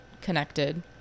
connected